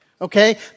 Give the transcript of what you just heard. okay